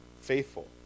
faithful